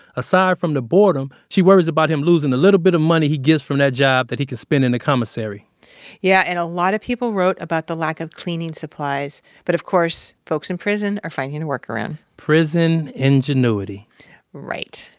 aside from the boredom, she worries about him losing a little bit of money he gets from that job that he could spend in a commissary yeah. and a lot of people wrote about the lack of cleaning supplies. but of course, folks in prison are finding a work around prison ingenuity right.